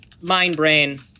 mind-brain